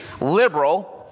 liberal